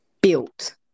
built